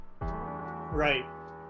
Right